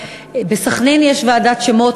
בסח'נין יש ועדת שמות,